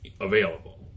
available